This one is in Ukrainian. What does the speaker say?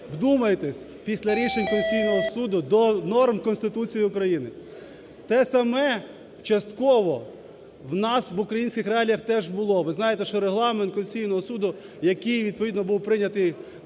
вдумайтеся, після рішень Конституційного Суду до норм Конституції України. Те саме частково у нас, в українських реаліях, теж було, ви знаєте, що регламент Конституційного Суду, який відповідно був прийнятий